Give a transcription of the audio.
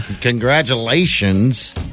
Congratulations